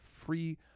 free